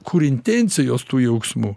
kur intencijos tų jauksmų